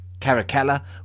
Caracalla